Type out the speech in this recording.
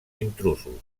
intrusos